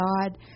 god